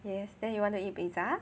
yes then you want to eat pizza